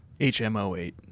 HMO8